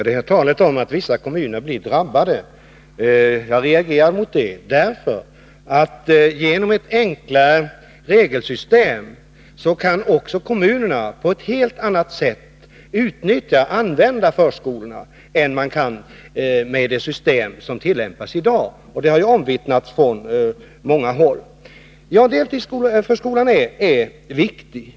Herr talman! Jag reagerade mot talet om att vissa kommuner blir drabbade. Genom ett enklare regelsystem kan också kommunerna på ett helt annat sätt använda förskolorna än vad man kan med det system som i dag tillämpas. Det har omvittnats från många håll. Deltidsförskolan är viktig.